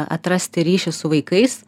atrasti ryšį su vaikais